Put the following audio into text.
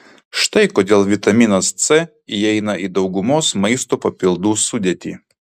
štai kodėl vitaminas c įeina į daugumos maisto papildų sudėtį